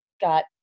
got